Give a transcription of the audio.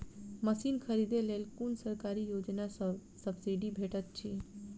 Machine खरीदे लेल कुन सरकारी योजना सऽ सब्सिडी भेटैत अछि?